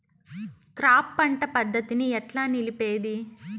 Crop పంట పద్ధతిని ఎట్లా నిలిపేది?